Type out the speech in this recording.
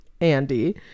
andy